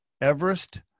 Everest